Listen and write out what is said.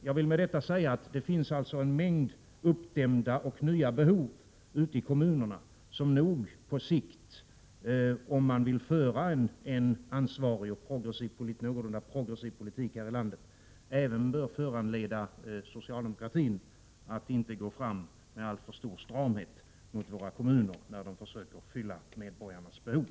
Jag vill med detta säga att det finns en mängd nya, uppdämda behov i kommunerna som nog på sikt, om man vill föra en ansvarig och en någorlunda progressiv politik här i landet, bör föranleda även socialdemokraterna att inte gå fram med alltför stor stramhet mot våra kommuner när de försöker tillfredsställa medborgarnas behov.